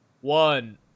One